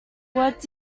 what